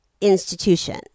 institution